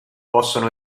possono